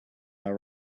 our